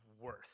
worth